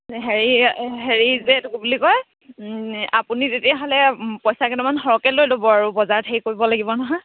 হেৰি হেৰি যে এইটো কি বুলি কয় আপুনি তেতিয়াহ'লে পইচা কেইটামান সৰহকৈ লৈ ল'ব আৰু বজাৰত হেৰি কৰিব লাগিব নহয়